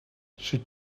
she